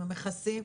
עם המכסים,